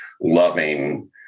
loving